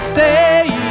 Stay